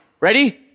Ready